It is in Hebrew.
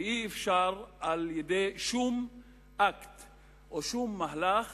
ואי-אפשר על-ידי שום אקט או שום מהלך